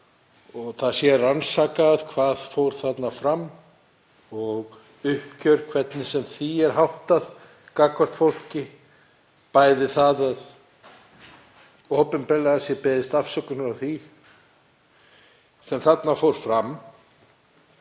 og rannsökum hvað fór þar fram. Það þarf uppgjör, hvernig sem því er háttað, gagnvart fólki, bæði að opinberlega sé beðist afsökunar á því sem þarna fór fram